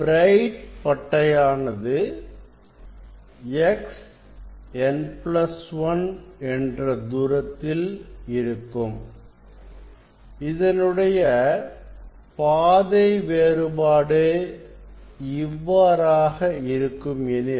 bright பட்டையானது Xn1 என்ற தூரத்தில் இருக்கும் இதனுடைய பாதை வேறுபாடு இவ்வாறாக இருக்கும் எனில்